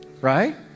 right